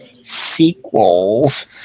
sequels